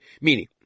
Meaning